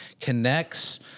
connects